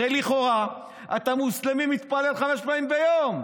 הרי לכאורה אתה מוסלמי שמתפלל חמש פעמים ביום.